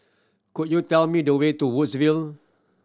could you tell me the way to Woodsville